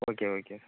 okay okay